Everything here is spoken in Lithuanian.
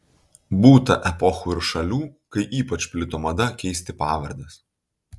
būta epochų ir šalių kai ypač plito mada keisti pavardes